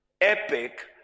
epic